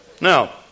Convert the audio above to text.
Now